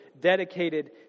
dedicated